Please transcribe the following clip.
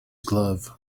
glove